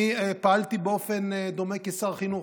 אני פעלתי באופן דומה כשר החינוך.